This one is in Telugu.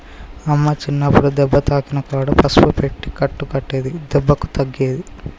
అమ్మ చిన్నప్పుడు దెబ్బ తాకిన కాడ పసుపు పెట్టి కట్టు కట్టేది దెబ్బకు తగ్గేది